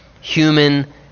human